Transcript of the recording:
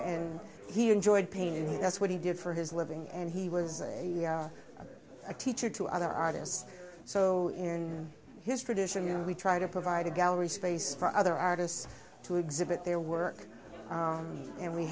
and he enjoyed painting and that's what he did for his living and he was a teacher to other artists so in his traditional we try to provide a gallery space for other artists to exhibit their work and we